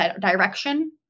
direction